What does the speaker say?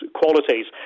qualities